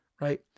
right